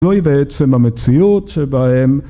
זוהי בעצם המציאות שבה הם